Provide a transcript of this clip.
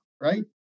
right